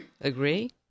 Agree